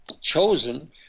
chosen